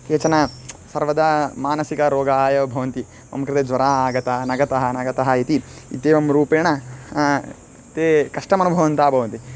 केचन सर्वदा मानसिकरोगाः एव भवन्ति मम कृते ज्वरः आगतः न गतः न गतः इति इत्येवं रूपेण ते कष्टमनुभवन्ताः भवन्ति